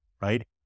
right